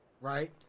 right